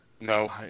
No